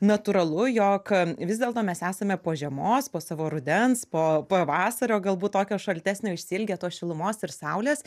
natūralu jog vis dėlto mes esame po žiemos po savo rudens po pavasario galbūt tokio šaltesnio išsiilgę tos šilumos ir saulės